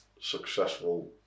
successful